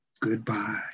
Goodbye